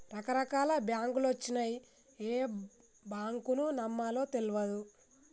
రకరకాల బాంకులొచ్చినయ్, ఏ బాంకును నమ్మాలో తెల్వదు